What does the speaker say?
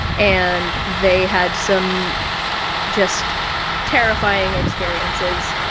and they had some just terrifying experiences.